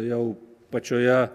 jau pačioje